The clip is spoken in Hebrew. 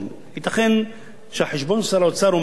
ייתכן שהחשבון של שר האוצר אומר: